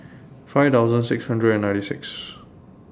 five thousand six hundred and ninety six